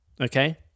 Okay